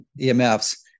EMFs